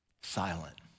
silent